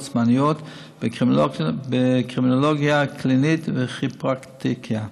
זמניות בקרימינולוגיה קלינית וכירופרקטיקה.